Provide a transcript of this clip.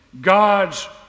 God's